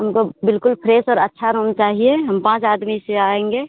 हमको बिल्कुल फ्रेश और अच्छा रूम चाहिए हम पाँच आदमी से आएँगे